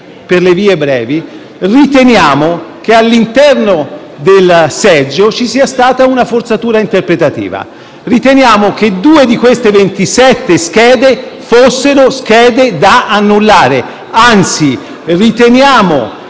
per le vie brevi, riteniamo che all'interno del seggio ci sia stata una forzatura interpretativa: riteniamo che due di queste 27 schede fossero da annullare, anzi, riteniamo